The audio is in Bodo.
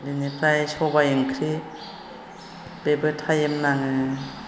बिनिफ्राय सबाय ओंख्रि बेबो टाइम नाङो